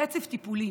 רצף טיפולי